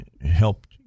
helped